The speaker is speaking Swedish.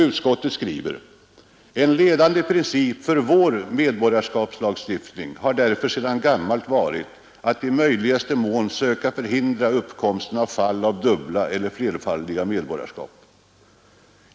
Utskottet skriver: En ledande princip för vår medborgarskapslagstiftning har därför sedan gammalt varit att i möjligaste mån söka förhindra uppkomsten av fall av dubbla eller flerfaldiga medborgarskap.